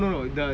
is here